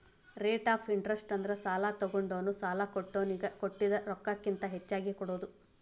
rate of interest ಅಂದ್ರ ಸಾಲಾ ತೊಗೊಂಡೋನು ಸಾಲಾ ಕೊಟ್ಟೋನಿಗಿ ಕೊಟ್ಟಿದ್ ರೊಕ್ಕಕ್ಕಿಂತ ಹೆಚ್ಚಿಗಿ ಕೊಡೋದ್